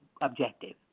objective